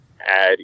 add